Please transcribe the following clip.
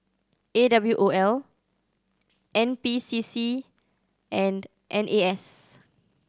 A W O L N P C C and N A S